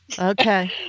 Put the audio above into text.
Okay